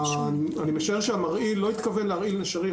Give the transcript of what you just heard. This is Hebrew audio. אני משער שהמרעיל לא התכוון להרעיל נשרים,